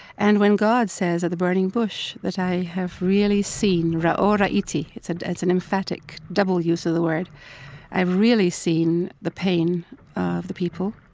and when god says out of the burning bush that i have really seen rahora itseh, it's ah it's an emphatic, double use of the word i've really seen the pain of the people,